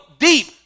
Deep